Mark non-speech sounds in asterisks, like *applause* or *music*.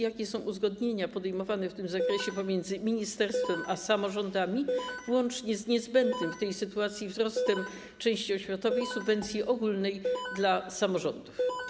Jakie uzgodnienia są podejmowane w tym zakresie *noise* pomiędzy ministerstwem a samorządami, łącznie z niezbędnym w tej sytuacji wzrostem części oświatowej subwencji ogólnej dla samorządów?